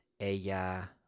ella